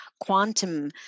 quantum